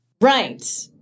Right